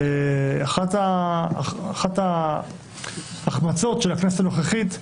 ואחת ההחמצות של הכנסת הנוכחית,